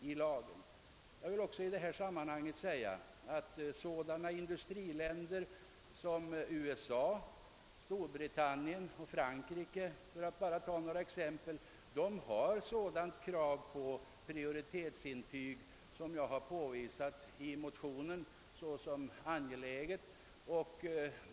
Jag vill också i detta sammanhang framhålla att industriländer som USA, Storbritannien och Frankrike — för att bara ta några exempel — har sådant krav på prioritetsintyg som jag i motionen har påvisat som angeläget.